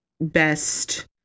best